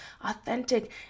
authentic